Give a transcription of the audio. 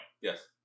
Yes